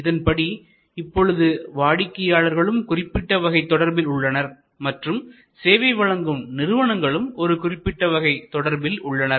இதன்படி இப்பொழுது வாடிக்கையாளர்களும் குறிப்பிட்ட வகை தொடர்பில் உள்ளனர் மற்றும் சேவை வழங்கும் நிறுவனங்களும் ஒரு குறிப்பிட்ட வகை தொடர்பில் உள்ளனர்